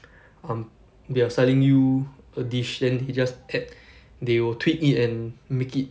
um we are selling you a dish then he just add they will tweak it and make it